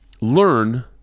Learn